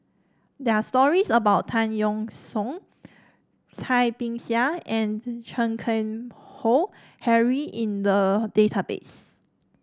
there are stories about Tan Yeok Seong Cai Bixia and Chan Keng Howe Harry in the database